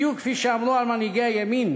בדיוק כפי שאמרו על מנהיגי הימין